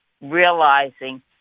realizing